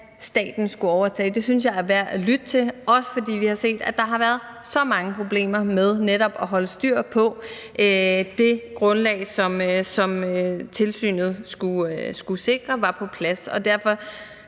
staten skulle overtage. Det synes jeg er værd at lytte til, også fordi vi har set, at der har været så mange problemer med netop at holde styr på det grundlag, som tilsynet skulle sikre var på plads. Derfor